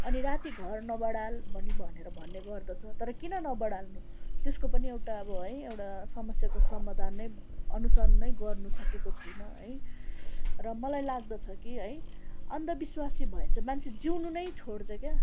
अनि राति घर नबढार भनी भनेर भन्ने गर्दछ तर किन नबढार्नु त्यसको पनि एउटा अब है एउटा समस्याको समाधान नै अनुसन नै गर्नु सकेको छैन है र मलाई लाग्दछ कि है अन्धविश्वासी भयो भने चाहिँ मान्छे जिउनु नै छोड्छ क्या